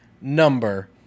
number